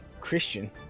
Christian